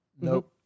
Nope